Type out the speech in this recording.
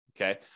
okay